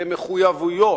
זה מחויבויות.